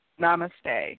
Namaste